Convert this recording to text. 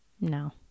No